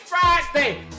Friday